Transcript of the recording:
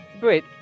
wait